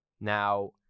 Now